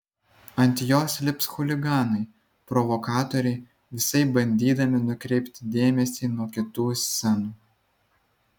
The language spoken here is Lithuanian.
ant jos lips chuliganai provokatoriai visaip bandydami nukreipti dėmesį nuo kitų scenų